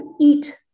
eat